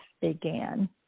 began